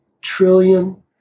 trillion